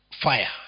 fire